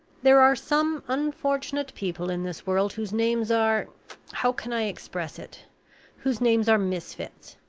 there are some unfortunate people in this world whose names are how can i express it whose names are misfits.